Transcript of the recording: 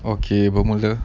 okay bermula